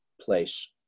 place